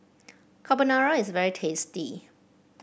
carbonara is very tasty